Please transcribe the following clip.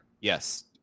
Yes